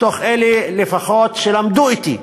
מתוך אלה, לפחות, שלמדו אתי,